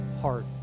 heart